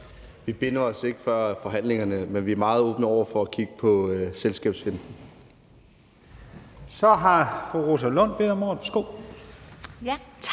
Vi binder os ikke før forhandlingerne, men vi er meget åbne over for at kigge på selskabsfinten. Kl. 15:35 Første næstformand